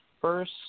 first